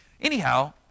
Anyhow